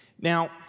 Now